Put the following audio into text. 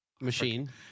Machine